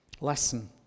Lesson